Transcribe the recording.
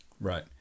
Right